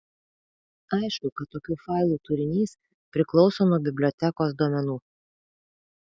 aišku kad tokių failų turinys priklauso nuo bibliotekos duomenų